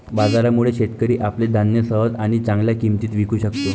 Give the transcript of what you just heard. बाजारामुळे, शेतकरी आपले धान्य सहज आणि चांगल्या किंमतीत विकू शकतो